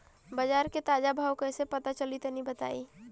बाजार के ताजा भाव कैसे पता चली तनी बताई?